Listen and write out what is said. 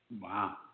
Wow